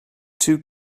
two